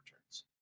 returns